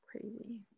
Crazy